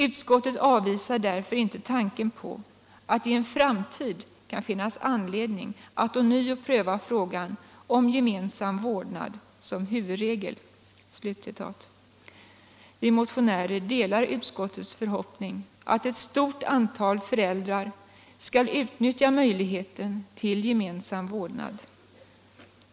Utskottet avvisar därför inte tanken på att det i en framtid kan finnas anledning att ånyo pröva frågan om gemensam vårdnad som huvudregel.” Vi motionärer delar utskottets förhoppning att ett stort antal föräldrar skall utnyttja möjligheten till gemensam vårdnad.